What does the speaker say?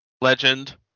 Legend